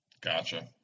Gotcha